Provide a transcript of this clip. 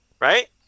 Right